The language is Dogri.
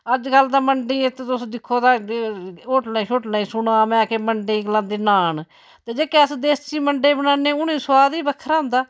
अज्जकल ते मंडे तुस दिक्खो ता होटलै शोटलै सुने दा में कि मंडे गी गलांदे नान ते जेह्के अस देसी मंडे बनान्ने उनेंगी सुआद बक्खरा होंदा